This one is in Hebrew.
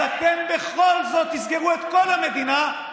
אז אתם בכל זאת תסגרו את כל המדינה,